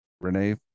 renee